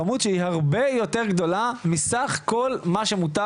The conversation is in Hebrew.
כמות שהיא הרבה יותר גדולה מסך כל מה שמותר